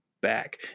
back